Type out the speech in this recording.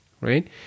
Right